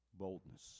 Boldness